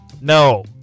No